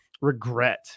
regret